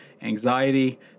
anxiety